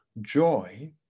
Joy